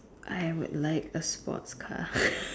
I would like a sports car